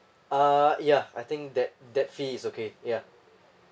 uh yeah I think that that fee is okay ya